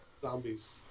Zombies